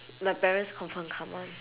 my parents confirm come [one]